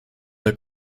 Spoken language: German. der